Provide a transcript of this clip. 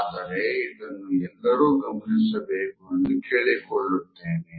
ಆದರೆ ಇದನ್ನು ಎಲ್ಲರೊ ಗಮನಿಸಬೇಕು ಎಂದು ಕೇಳಿಕೊಳ್ಳುತ್ತೇನೆ